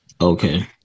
Okay